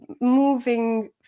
moving